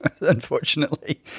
unfortunately